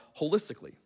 holistically